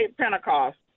Pentecost